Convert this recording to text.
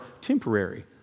temporary